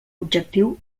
objectiu